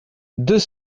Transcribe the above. deux